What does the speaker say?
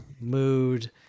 mood